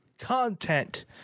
content